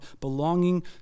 belonging